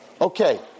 Okay